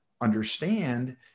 understand